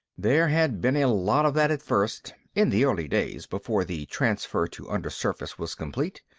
there had been a lot of that at first, in the early days before the transfer to undersurface was complete.